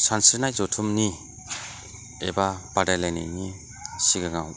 सानस्रिनाय जथुमनि एबा बादायलायनायनि सिगाङाव